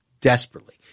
Desperately